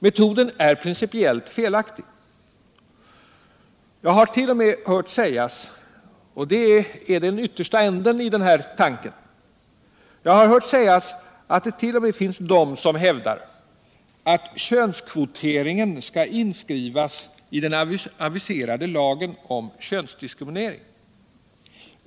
Metoden är principiellt felaktig. Jag har hört sägas, och det är den yttersta ändan i den här tanken, att det t.o.m. finns de som hävdar att könskvotering skall inskrivas i den aviserade lagen om könsdiskriminering.